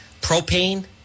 Propane